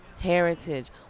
heritage